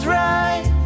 right